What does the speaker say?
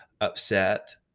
upset